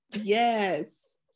Yes